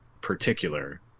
particular